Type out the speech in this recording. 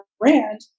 brand